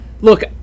look